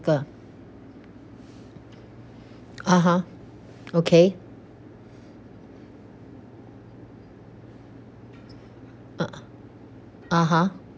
africa (uh huh) okay uh (uh huh)